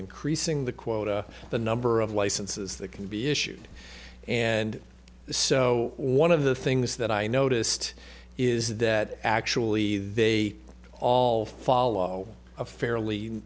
increasing the quota the number of licenses that can be issued and so one of the things that i noticed is that actually they all follow a fairly